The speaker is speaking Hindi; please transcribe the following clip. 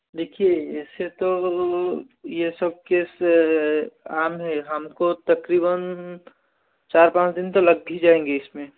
देखिए ऐसे तो ये सब केस आम है हमको तकरीबन चार पाँच दिन तो लग ही जाएंगे इसमें